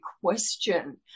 question